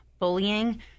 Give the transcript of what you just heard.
bullying